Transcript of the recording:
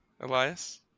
Elias